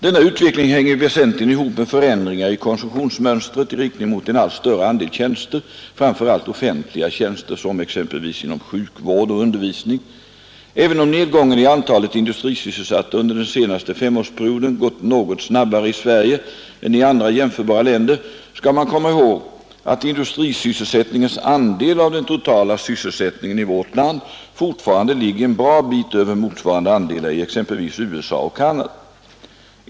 Denna utveckling hänger väsentligen ihop med förändringar i konsumtionsmönstret i riktning mot en allt större andel tjänster framför allt offentliga tjänster som exempelvis sjukvård och undervisning. Även om nedgången i antalet industrisysselsatta under den senaste femårsperioden gått något snabbare i Sverige än i andra jämförbara länder, skall man komma ihåg att industrisysselsättningens andel av den totala sysselsättningen i vårt land fortfarande ligger en bra bit över motsvarande andelar i exempelvis USA och Canada.